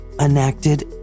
enacted